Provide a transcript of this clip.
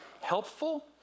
helpful